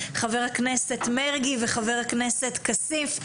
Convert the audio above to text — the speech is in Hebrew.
חבר הכנסת מרגי וחבר הכנסת כסיף,